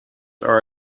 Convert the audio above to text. are